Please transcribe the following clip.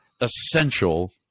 essential –